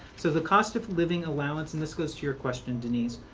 so the cost of living allowance, and this goes to your question, denise,